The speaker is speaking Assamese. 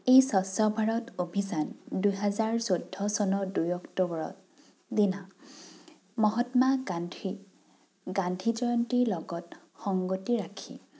এই স্বচ্ছ ভাৰত অভিযান দুহাজাৰ চৈধ্য চনৰ দুই অক্টোবৰত দিনা মহাত্মা গান্ধী গান্ধী জয়ন্তীৰ লগত সংগতি ৰাখি